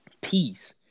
peace